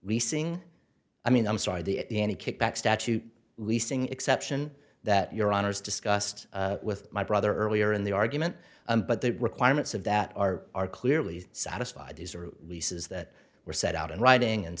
leasing i mean i'm sorry the any kickback statute leasing exception that your honour's discussed with my brother earlier in the argument but the requirements of that are are clearly satisfied these are leases that were set out in writing and